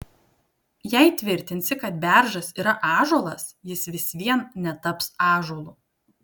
jei tvirtinsi kad beržas yra ąžuolas jis vis vien netaps ąžuolu